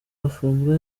bafunzwe